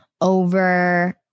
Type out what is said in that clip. over